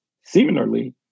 Similarly